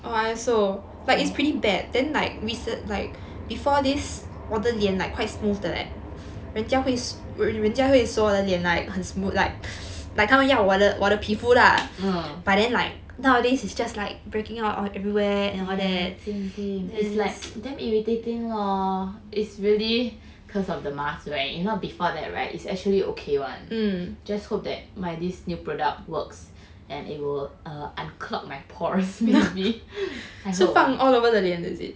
mm yeah same same it's like damn irritating lor it's like cause of the mask wear if not before that right is actually okay [one] just hope that my this new product works and it will err unclog my pores maybe I hope lah